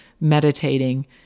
meditating